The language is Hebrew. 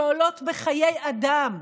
שעולות בחיי אדם,